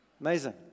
Amazing